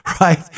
right